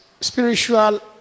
spiritual